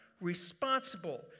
responsible